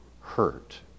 hurt